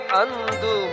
andu